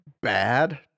bad